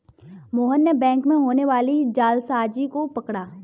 मोहन ने बैंक में होने वाली जालसाजी को पकड़ा